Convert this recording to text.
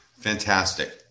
fantastic